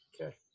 Okay